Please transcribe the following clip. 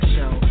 Show